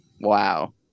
wow